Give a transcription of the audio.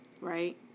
right